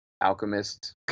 Alchemist